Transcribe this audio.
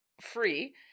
free